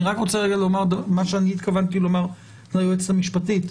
אני רוצה לומר מה שהתכוונתי לומר ליועצת המשפטית.